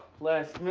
les